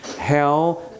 hell